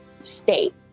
state